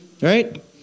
right